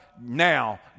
now